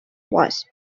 wasp